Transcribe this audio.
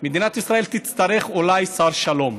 מדינת ישראל תצטרך אולי שר שלום,